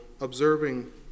observing